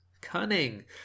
Cunning